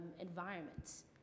environments